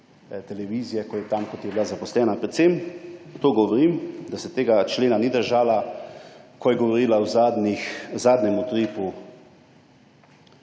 televizije tam, kjer je bila zaposlena. Predvsem govorim, da se tega člena ni držala, ko je govorila v zadnjem Utripu,